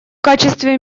качестве